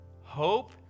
hope